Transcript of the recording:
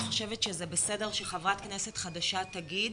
אני חושבת שזה בסדר שחברת כנסת חדשה תגיד